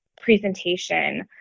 presentation